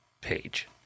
page